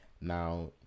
now